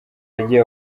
yagiye